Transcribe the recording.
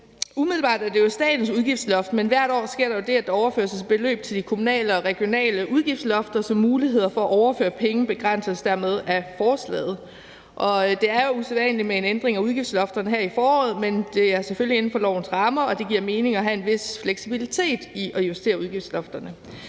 Umiddelbart er det jo statens udgiftsloft, men hvert år sker der det, at der overføres et beløb til de kommunale og regionale udgiftslofter, så mulighederne for at overføre penge begrænses dermed af forslaget. Det er usædvanligt med en ændring af udgiftslofterne her i foråret, men det er selvfølgelig inden for lovens rammer, og det giver mening at have en vis fleksibilitet i at justere udgiftslofterne.